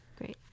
Great